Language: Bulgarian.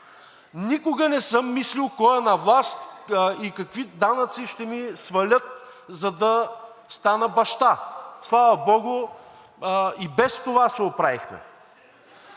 Никога не съм мислил кой е на власт и какви данъци ще ми свалят, за да стана баща. Слава богу, и без това се оправихме.